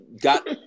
got